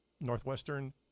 Northwestern